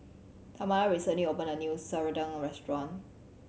Tamala recently opened a new serunding restaurant